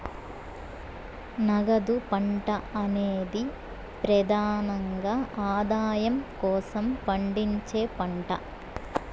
నగదు పంట అనేది ప్రెదానంగా ఆదాయం కోసం పండించే పంట